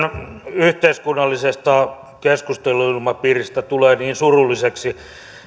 yhteiskunnallisesta keskusteluilmapiiristä tulee niin surulliseksi